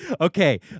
okay